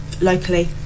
locally